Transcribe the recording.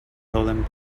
solemn